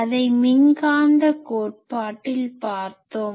அதை மின்காந்த கோட்பாட்டில் பார்த்தோம்